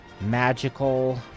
magical